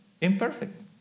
imperfect